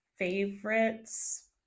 Favorites